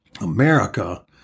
America